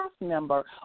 member